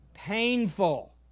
Painful